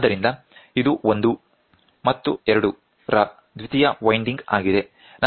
ಆದ್ದರಿಂದ ಇದು 1 ಮತ್ತು 2 ರ ದ್ವಿತೀಯ ವೈಂಡಿಂಗ್ ಆಗಿದೆ